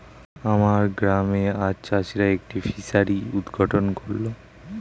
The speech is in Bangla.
আমার গ্রামে আজ চাষিরা একটি ফিসারি উদ্ঘাটন করল